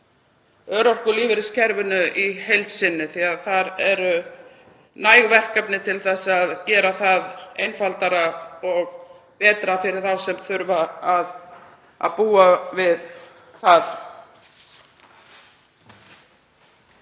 þar eru næg verkefni til að gera það einfaldara og betra fyrir þá sem þurfa að búa við það.